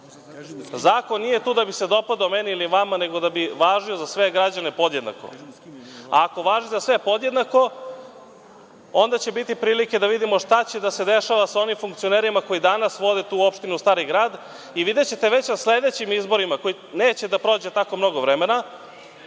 nije tu da bi se dopadao meni ili vama, nego da bi važio za sve građane podjednako. Ako važi za sve podjednako, onda će biti prilike da vidimo šta će da se dešava sa onim funkcionerima koji danas vode tu opštinu Stari Grad i videćete na sledećim izborima, za koje neće da prođe tako mnogo vremena,